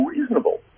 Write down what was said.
reasonable